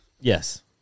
Yes